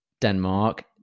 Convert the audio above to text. Denmark